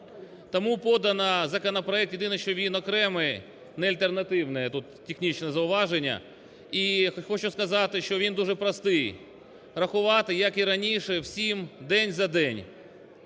Тому подано законопроект, єдине, що він окремий, не альтернативний, тут технічне зауваження. І хочу сказати, що він дуже простий: рахувати, як і раніше, всім день за день.